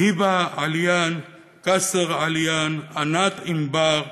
היבה עליאן, קאוסר עליאן, ענת עמבר,